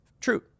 True